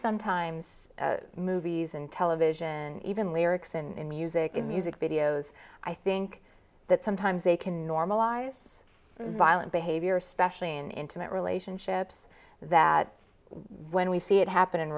sometimes movies and television even lyrics and music and music videos i think that sometimes they can normalize violent behavior especially in intimate relationships that when we see it happen in